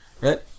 Right